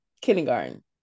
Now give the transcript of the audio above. kindergarten